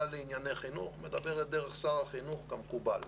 והממשלה בענייני חינוך מדברת דרך שר החינוך במקובל.